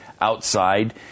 Outside